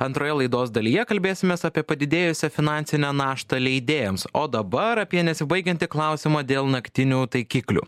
antroje laidos dalyje kalbėsimės apie padidėjusią finansinę naštą leidėjams o dabar apie nesibaigiantį klausimą dėl naktinių taikiklių